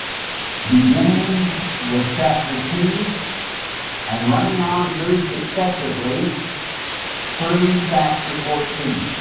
beginning with chapter two and running on through successively through chapter fourteen.